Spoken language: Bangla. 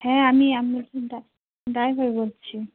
হ্যাঁ আমি আমি আপনার ডাই ডাইভার বলছি